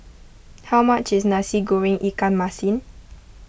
how much is Nasi Goreng Ikan Masin